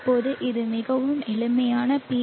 இப்போது இது மிகவும் எளிமையான பி